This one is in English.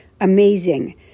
amazing